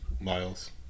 Miles